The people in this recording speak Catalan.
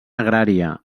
agrària